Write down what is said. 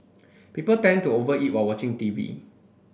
people tend to over eat while watching television